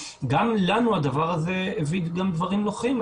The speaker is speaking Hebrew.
גם לנו הדבר הזה הביא דברים נוחים.